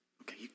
Okay